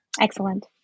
excellent